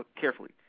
carefully